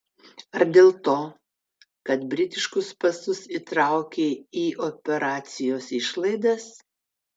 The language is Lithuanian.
ar dėl to kad britiškus pasus įtraukei į operacijos išlaidas